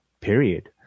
period